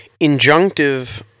injunctive